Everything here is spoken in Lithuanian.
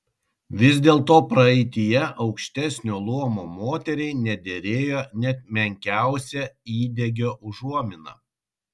vis dėlto praeityje aukštesnio luomo moteriai nederėjo net menkiausia įdegio užuomina